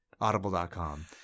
audible.com